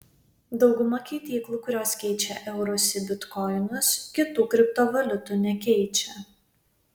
dauguma keityklų kurios keičia eurus į bitkoinus kitų kriptovaliutų nekeičia